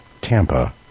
Tampa